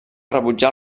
rebutjar